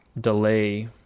delay